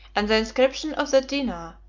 and the inscription of the dinar,